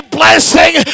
blessing